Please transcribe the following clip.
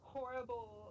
horrible